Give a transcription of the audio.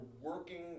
working